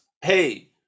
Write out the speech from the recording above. Hey